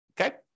okay